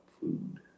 food